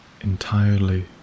Entirely